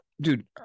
dude